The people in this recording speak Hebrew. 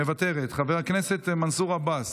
מוותרת, חבר הכנסת מנסור עבאס,